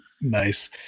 Nice